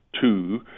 Two